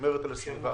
ששומרת על הסביבה.